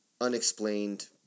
unexplained